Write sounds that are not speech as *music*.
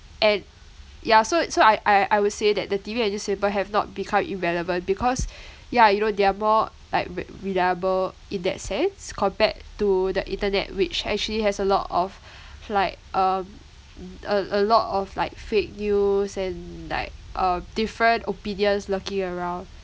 and yeah so so I I I would say that the T_V and newspaper have not become irrelevant because *breath* yeah you know they are more like re~ reliable in that sense compared to the internet which actually has a lot of *breath* like um m~ a a lot of like fake news and like um different opinions lurking around